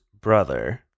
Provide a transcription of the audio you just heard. brother